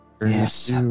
Yes